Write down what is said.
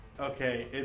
Okay